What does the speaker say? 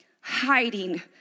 Hiding